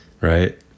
right